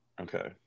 Okay